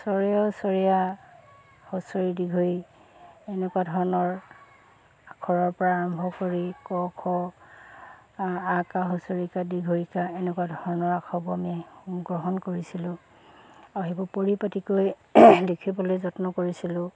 চৰে অ চৰে আ হস্ৰ ই দীৰ্ঘ ঈ এনেকুৱা ধৰণৰ আখৰৰপৰা আৰম্ভ কৰি ক খ আকাৰ হস্ৰ ইকাৰ দীৰ্ঘ ঈকাৰ এনেকুৱা ধৰণৰ আখৰবোৰ আমি গ্ৰহণ কৰিছিলোঁ আৰু সেইবোৰ পৰিপাতিকৈ লিখিবলৈ যত্ন কৰিছিলোঁ